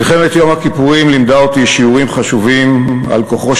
מלחמת יום הכיפורים לימדה אותי שיעורים חשובים על כוחו